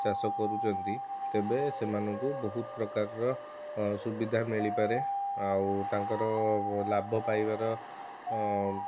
ଚାଷ କରୁଛନ୍ତି ତେବେ ସେମାନଙ୍କୁ ବହୁତ ପ୍ରକାରର ସୁବିଧା ମିଳିପାରେ ଆଉ ତାଙ୍କର ଲାଭ ପାଇବାର